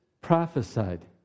prophesied